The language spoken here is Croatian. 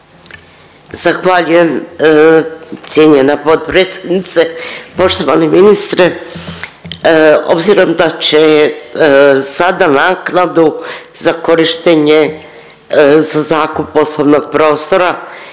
Zahvaljujem cijenjena potpredsjednice. Poštovani ministre, obzirom da će sada naknadu za korištenje za zakup poslovnog prostora